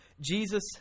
Jesus